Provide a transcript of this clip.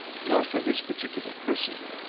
not for this particular person.